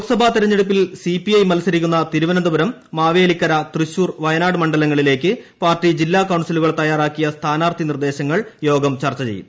ലോക്സഭാ തെരഞ്ഞെടുപ്പിൽ C P I മത്സരിക്കുന്ന തിരുവനന്തപുരം മാവേലിക്കര തൃശൂർ വയനാട് മണ്ഡലങ്ങളിലേക്ക് പാർട്ടി ജില്ലാ കൌൺസിലുകൾ തയ്യാറാക്കിയ സ്ഥാനാർത്ഥി നിർദ്ദേശങ്ങൾ യോഗം ചർച്ച ചെയ്യും